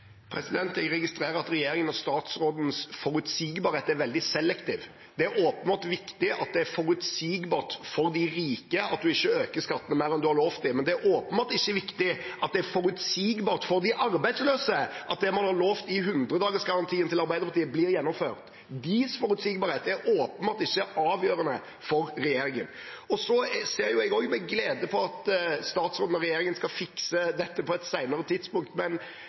Jeg registrerer at regjeringens og statsrådens forutsigbarhet er veldig selektiv. Det er åpenbart viktig at det er forutsigbart for de rike, at man ikke øker skattene mer enn man har lovet dem, men det er åpenbart ikke viktig at det er forutsigbart for de arbeidsløse, at det man har lovet i hundredagersgarantien til Arbeiderpartiet, blir gjennomført. Deres forutsigbarhet er åpenbart ikke avgjørende for regjeringen. Så ser også jeg med glede fram til at statsråden og regjeringen skal fikse dette på et senere tidspunkt,